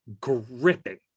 gripping